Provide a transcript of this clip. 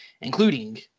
including